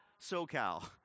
SoCal